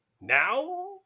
now